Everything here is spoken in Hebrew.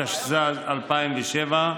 התשס"ז 2007,